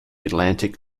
atlantic